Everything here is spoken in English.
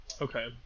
okay